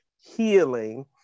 healing